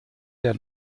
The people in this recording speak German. der